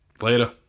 Later